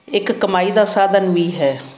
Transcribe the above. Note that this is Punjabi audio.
ਇੱਕ ਕਮਾਈ ਦਾ ਸਾਧਨ ਵੀ ਹੈ